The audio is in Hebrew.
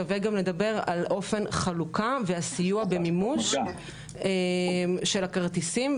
שווה גם לדבר על אופן חלוקה והסיוע במימוש של הכרטיסים,